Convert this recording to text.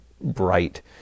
bright